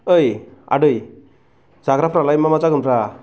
ओइ आदै जाग्राफोरालाय मा मा जागोन ब्रा